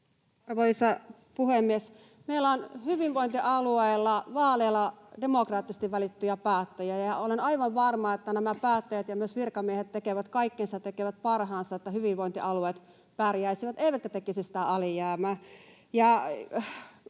Meillä on hyvinvointialueella vaaleilla demokraattisesti valittuja päättäjiä, ja olen aivan varma, että nämä päättäjät ja myös virkamiehet tekevät kaikkensa ja tekevät parhaansa, että hyvinvointialueet pärjäisivät eivätkä tekisi sitä alijäämää.